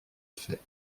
fait